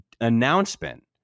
announcement